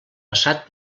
passat